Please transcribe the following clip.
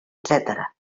etcètera